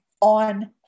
on